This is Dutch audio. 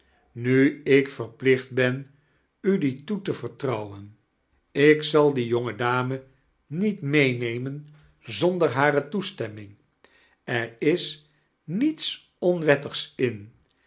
nu ik verplicht ben u die toe te vertirouwen ik zal die jonge dame niet meenemen zonder hare toestemming er is niets onwettigs in